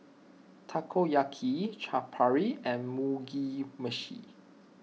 Takoyaki Chaat Papri and Mugi Meshi